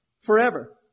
forever